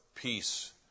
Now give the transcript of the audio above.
peace